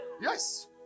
Yes